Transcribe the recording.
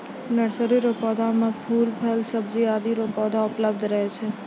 nursery रो पौधा मे फूल, फल, सब्जी आदि रो पौधा उपलब्ध रहै छै